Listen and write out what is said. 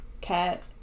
cat